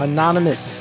Anonymous